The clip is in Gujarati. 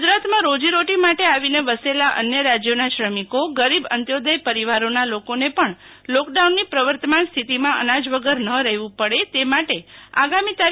ગુજરાતમાં રોજીરોટી માટે આવીને વસેલા અન્ય રાજ્યોના શ્રમિકો ગરીબ અંત્યોદય પરિવારો લોકોને પણ લોકડાઉનની પ્રવર્તમાન સ્થિતીમાં અનાજ વગર ન રહેવું પડે તે માટે આગામી તા